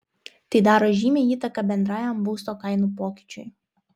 tai daro žymią įtaką bendrajam būsto kainų pokyčiui